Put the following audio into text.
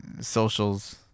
Socials